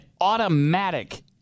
automatic